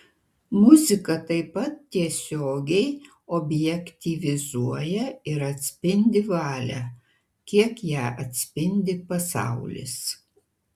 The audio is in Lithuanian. muzika taip pat tiesiogiai objektyvizuoja ir atspindi valią kiek ją atspindi pasaulis